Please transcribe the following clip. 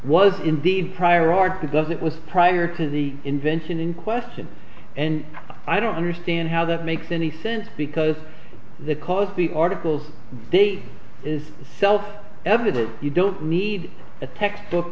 was indeed prior art because it was prior to the invention in question and i don't understand how that makes any sense because the cause of the articles they is self evident you don't need a textbook